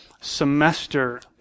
semester